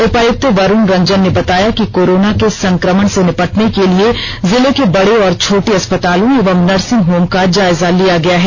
उपायुक्त वरूण रंजन ने बताया कि कोरोना के संक्रमण से निपटने के लिए जिले के बड़े और छोटे अस्पतालों एवं नर्सिंग होम का जायजा लिया गया है